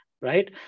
right